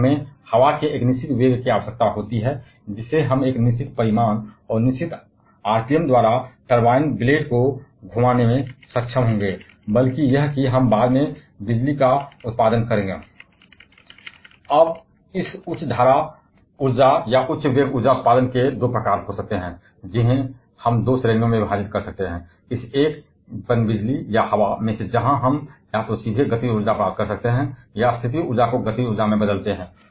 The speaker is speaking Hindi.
क्योंकि हमें हवा के एक निश्चित वेग की आवश्यकता होती है जिसे हम एक निश्चित परिमाण और निश्चित आरपीएम द्वारा टरबाइन ब्लेड को स्थानांतरित करने में सक्षम होंगे बल्कि यह कि हम बाद में बिजली का उत्पादन करेंगे अब इस उच्च धारा ऊर्जा या उच्च वेग ऊर्जा उत्पादन के २ प्रकार हो सकते हैं जिन्हें हम २ श्रेणियों में विभाजित कर सकते हैं इस पनबिजली या हवा की तरह जहां हम या तो सीधे गतिज ऊर्जा प्राप्त करते हैं या संभावित ऊर्जा को गतिज ऊर्जा में बदलते हैं